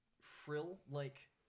frill-like